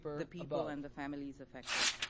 the people and the families affected.